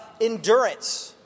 Endurance